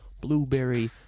Blueberry